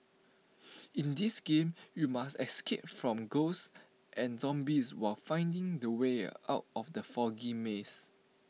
in this game you must escape from ghosts and zombies while finding the way out of the foggy maze